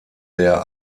der